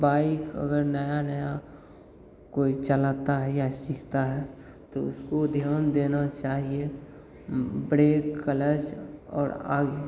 bike अगर नया नया कोई चलाता है या सीखता है तो उसको ध्यान देना चाहिए ब्रेक क्लच और आगे